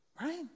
Right